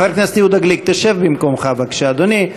חבר הכנסת יהודה גליק, שב במקומך בבקשה, אדוני.